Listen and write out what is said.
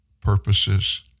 purposes